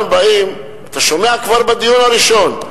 באים לכאן, ואתה שומע כבר בדיון הראשון,